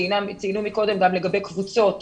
ציינו קודם גם לגבי קבוצות.